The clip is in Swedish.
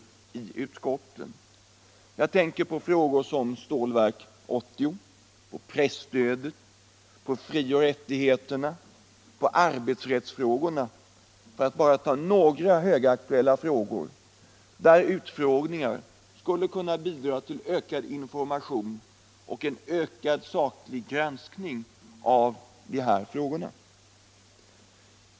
Jag tänker här t.ex. på frågor som Stålverk 80, presstödet, frioch rättigheterna samt arbetsrättsfrågorna — för att här bara nämna några högaktuella frågor där utfrågningar skulle kunna bidra till ökad information och till en ökad saklig granskning av spörsmålen.